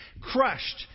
Crushed